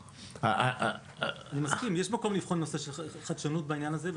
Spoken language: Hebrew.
אני מסכים שיש מקום לבחון את הנושא של החדשנות בעניין הזה.